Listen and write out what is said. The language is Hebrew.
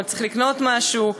צריך לקנות משהו,